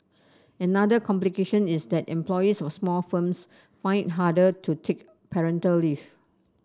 another complication is that employees of small firms find it harder to take parental leave